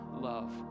love